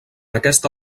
aquesta